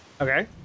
Okay